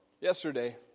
yesterday